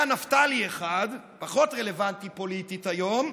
היה נפתלי אחד, פחות רלוונטי פוליטית היום,